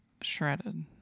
shredded